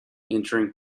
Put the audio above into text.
entering